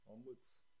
onwards